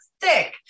thick